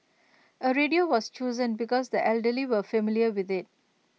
A radio was chosen because the elderly were familiar with IT